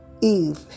Eve